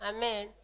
Amen